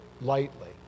lightly